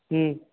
ह्म्म